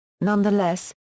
Nonetheless